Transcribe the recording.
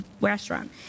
restaurant